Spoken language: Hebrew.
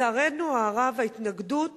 לצערנו הרב, ההתנגדות